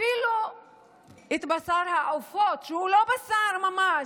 אפילו את בשר העופות, שהוא לא בשר ממש,